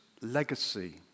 legacy